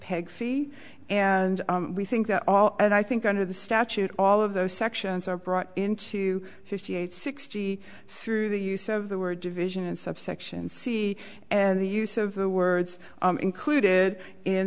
peg fee and we think that all and i think under the statute all of those sections are brought into fifty eight sixty through the use of the word division and subsection c and the use of the words included in